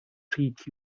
treat